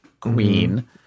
queen